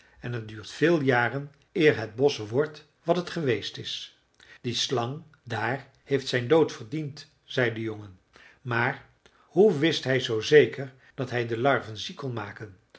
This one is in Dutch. en het duurt veel jaren eer het bosch wordt wat het geweest is die slang daar heeft zijn dood verdiend zei de jongen maar hoe wist hij zoo zeker dat hij de larven ziek kon maken